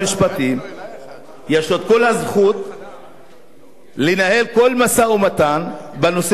יש כל הזכות לנהל כל משא-ומתן בנושא הזה,